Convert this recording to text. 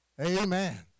amen